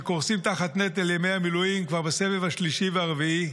שקורסים תחת נטל ימי המילואים כבר בסבב השלישי והרביעי.